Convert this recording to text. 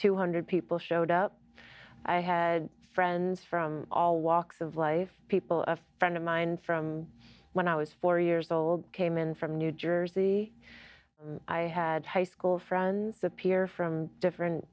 two hundred people showed up i had friends from all walks of life people a friend of mine from when i was four years old came in from new jersey i had high school friends appear from different